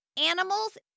animals